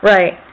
Right